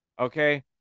Okay